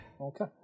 Okay